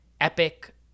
epic